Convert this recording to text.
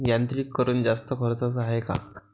यांत्रिकीकरण जास्त खर्चाचं हाये का?